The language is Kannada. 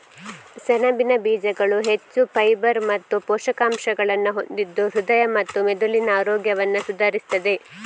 ಸೆಣಬಿನ ಬೀಜಗಳು ಹೆಚ್ಚು ಫೈಬರ್ ಮತ್ತು ಪೋಷಕಾಂಶಗಳನ್ನ ಹೊಂದಿದ್ದು ಹೃದಯ ಮತ್ತೆ ಮೆದುಳಿನ ಆರೋಗ್ಯವನ್ನ ಸುಧಾರಿಸ್ತದೆ